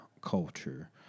culture